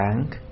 bank